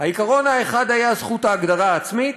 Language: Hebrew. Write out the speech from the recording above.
העיקרון האחד היה זכות ההגדרה העצמית,